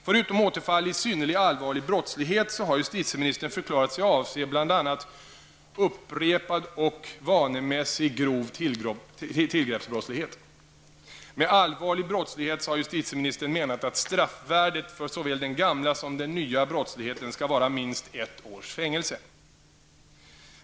Förutom återfall i synnerligen allvarlig brottslighet har justitieministern förklarat sig avse bl.a. upprepad och vanemässig grov tillgreppsbrottslighet. Med allvarlig brottslighet har justitieministern menat att straffvärdet för såväl den gamla som den nya brottsligheten skall vara minst ett års fängelse.